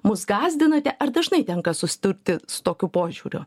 mus gąsdinate ar dažnai tenka susidurti su tokiu požiūriu